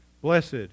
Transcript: Blessed